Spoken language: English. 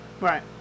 right